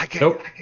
Nope